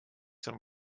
him